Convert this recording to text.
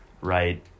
right